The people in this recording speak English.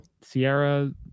sierra